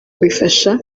bifasha